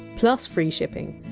plus free shipping,